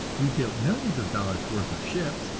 we built millions of dollars worth of ships,